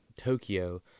Tokyo